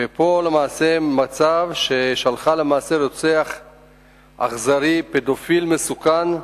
ולמעשה שלחה רוצח אכזרי, פדופיל מסוכן,